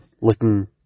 looking